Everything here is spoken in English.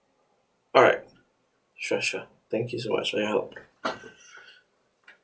alright sure sure thank you so much for your help